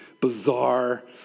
bizarre